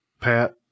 Pat